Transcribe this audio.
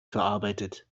verarbeitet